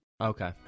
Okay